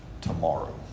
tomorrow